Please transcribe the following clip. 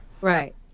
Right